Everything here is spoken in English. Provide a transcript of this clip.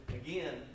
again